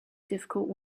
difficult